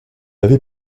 avait